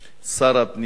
שר הפנים.